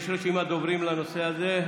יש רשימת דוברים לנושא הזה.